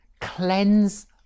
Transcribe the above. Cleanse